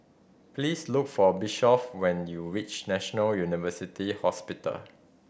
please look for Bishop when you reach National University Hospital